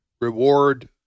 reward